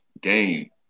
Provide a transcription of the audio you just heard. game